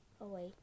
away